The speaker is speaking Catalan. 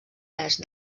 est